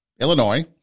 Illinois